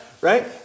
right